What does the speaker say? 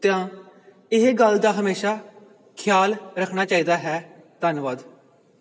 ਤਾਂ ਇਹ ਗੱਲ ਦਾ ਹਮੇਸ਼ਾਂ ਖਿਆਲ ਰੱਖਣਾ ਚਾਹੀਦਾ ਹੈ ਧੰਨਵਾਦ